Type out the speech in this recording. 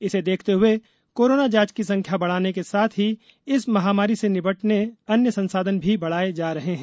इसे देखते हुए कोरोना जांच की संख्या बढ़ाने के साथ ही इस महामारी से निपटने अन्य संसाधन भी बढ़ाये जा रहे हैं